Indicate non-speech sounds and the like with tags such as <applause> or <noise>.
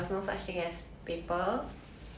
<laughs>